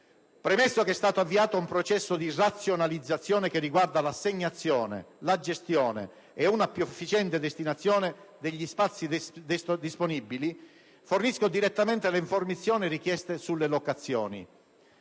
Premesso che è stato avviato un processo di razionalizzazione che riguarda l'assegnazione, la gestione e una più efficiente destinazione degli spazi disponibili, fornisco direttamente le informazioni richieste sulle locazioni.